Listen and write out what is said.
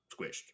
squished